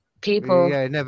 people